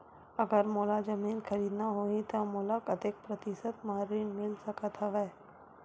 अगर मोला जमीन खरीदना होही त मोला कतेक प्रतिशत म ऋण मिल सकत हवय?